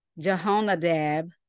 Jehonadab